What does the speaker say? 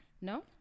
No